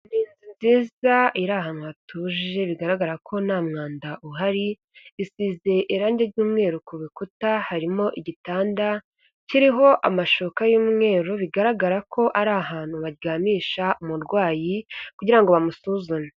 Ni inzu nziza iri ahantu hatuje bigaragara ko nta mwanda uhari, isize irangi ry'umweru ku bikuta, harimo igitanda kiriho amashoka y'umweru bigaragara ko ari ahantu baryamisha umurwayi kugira ngo bamusuzume.